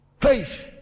faith